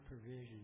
provision